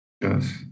Yes